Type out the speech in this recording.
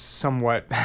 somewhat